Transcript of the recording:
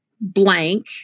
blank